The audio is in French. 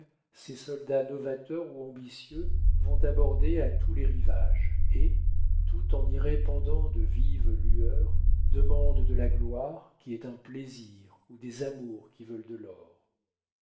ses soldats novateurs ou ambitieux vont aborder à tous les rivages et tout en y répandant de vives lueurs demandent de la gloire qui est un plaisir ou des amours qui veulent de l'or